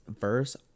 verse